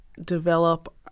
develop